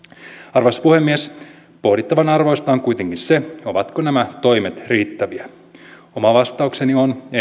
arvoisa puhemies pohdittavan arvoista on kuitenkin se ovatko nämä toimet riittäviä oma vastaukseni